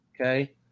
Okay